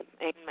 Amen